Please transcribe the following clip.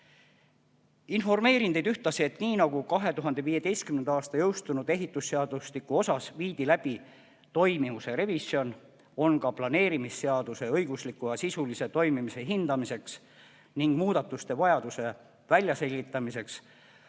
Informeerin teid ühtlasi, et nii nagu 2015. aastal jõustunud ehitusseadustiku puhul viidi läbi toimivuse revisjon, on ka planeerimisseaduse õigusliku ja sisulise toimimise hindamiseks ning muudatuste vajaduse väljaselgitamiseks